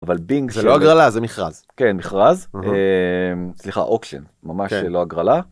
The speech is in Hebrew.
אבל בינג זה לא הגרלה זה מכרז כן מכרז סליחה אוקשן ממש לא הגרלה.